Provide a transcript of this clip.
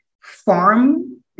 farm